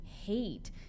hate